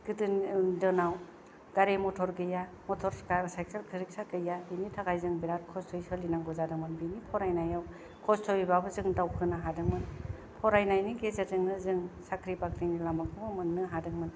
गोदोनि दिनाव गारि मथर गैया मथर खार चाइखेल रिगशा गैया बिनि थाखाय जों बिरात खस्थ'यै सोलिनांगौ जादोंमोन बिदि फरायनायाव खस्थ'यै बाबो जों दावखोनो हादोंमोन फरायनायनि गेजेरजोंनो जों साख्रि बाख्रिनि लामाखौबो मोननो हादोंमोन